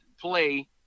play